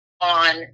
on